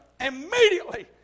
immediately